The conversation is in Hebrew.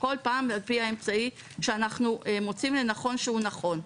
כל פעם על פי האמצעי שאנחנו מוצאים לנכון שהוא נכון.